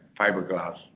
fiberglass